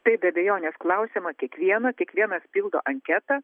taip be abejonės klausiama kiekvieno kiekvienas pildo anketą